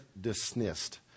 dismissed